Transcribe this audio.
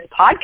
podcast